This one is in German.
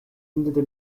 endete